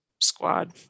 squad